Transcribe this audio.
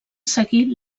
seguí